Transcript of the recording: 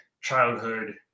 childhood